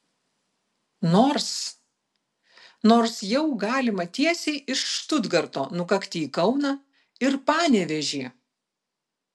nors nors jau galima tiesiai iš štutgarto nukakti į kauną ir panevėžį